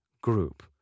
group